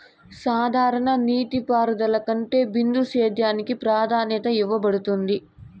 సాధారణ నీటిపారుదల కంటే బిందు సేద్యానికి ప్రాధాన్యత ఇవ్వబడుతుంది